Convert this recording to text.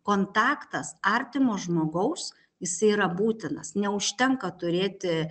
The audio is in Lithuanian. kontaktas artimo žmogaus jisai yra būtinas neužtenka turėti